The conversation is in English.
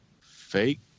fake